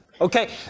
okay